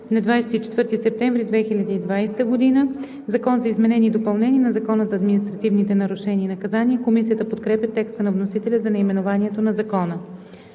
на 24 септември 2020 г. „Закон за изменение и допълнение на Закона за административните нарушения и наказания“. Комисията подкрепя текста на вносителя за наименованието на Закона.